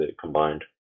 combined